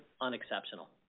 unexceptional